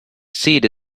seed